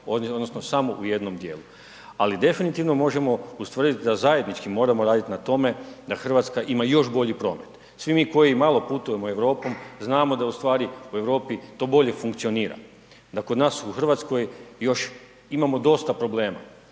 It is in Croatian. odnosno samo u jednom dijelu, ali definitivno možemo ustvrdit da zajednički moramo radit na tome da RH ima još bolji promet. Svi mi koji malo putujemo Europom znamo da u stvari u Europi to bolje funkcionira, da kod nas u RH još imamo dosta problema.